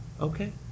Okay